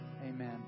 Amen